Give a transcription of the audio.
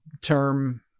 term